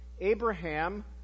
Abraham